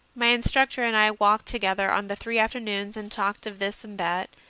my instructor and i walked together on the three afternoons and talked of this and that,